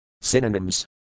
Synonyms